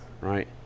right